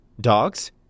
dogs